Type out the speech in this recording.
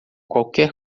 qualquer